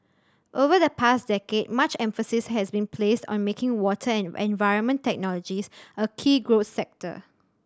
over the past decade much emphasis has been placed on making water and environment technologies a key growth sector